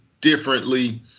differently